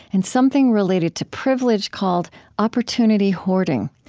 and something related to privilege called opportunity hoarding.